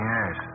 Yes